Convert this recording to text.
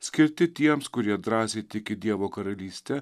skirti tiems kurie drąsiai tiki dievo karalyste